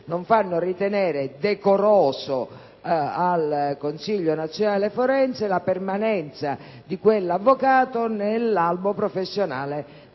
non fanno ritenere decoroso al Consiglio nazionale forense la permanenza di quell'avvocato nell'albo professionale